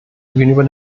gegenüber